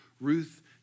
Ruth